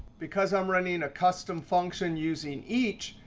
because i'm running a custom function using each,